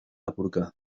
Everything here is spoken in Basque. apurka